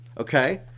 Okay